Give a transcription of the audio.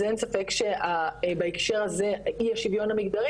אז אין ספק שבהקשר הזה אי השוויון המגדרי